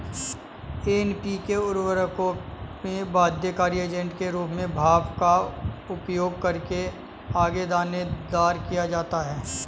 NPK उर्वरकों में बाध्यकारी एजेंट के रूप में भाप का उपयोग करके आगे दानेदार किया जाता है